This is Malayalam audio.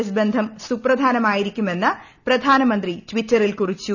എസ് ബന്ധം സുപ്രധാനമായിരിക്കുമെന്ന് പ്രധാനമന്ത്രി ടിറ്ററിൽ കുറിച്ചു